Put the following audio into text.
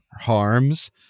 harms